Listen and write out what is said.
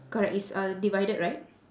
correct it's uh divided right